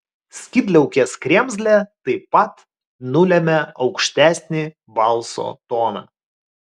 skydliaukės kremzlė taip pat nulemia aukštesnį balso toną